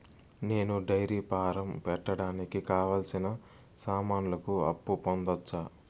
నేను dairy farm పెట్టడానికి కావాల్సిన సామాన్లకు అప్పు పొందొచ్చా?